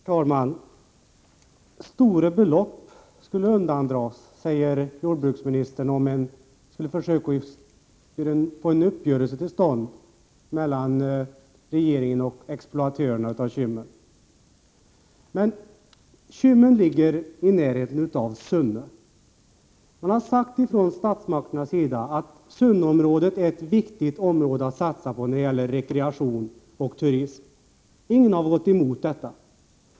Herr talman! Stora belopp skulle undandras, säger jordbruksministern, om man skulle försöka att få en uppgörelse till stånd mellan regeringen och Kymmenexploatörerna. Kymmen ligger i närheten av Sunne, och man har sagt från statsmakternas sida att Sunneområdet är ett viktigt område att satsa på när det gäller rekreation och turism. Ingen har gått emot detta.